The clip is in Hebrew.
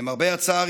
למרבה הצער,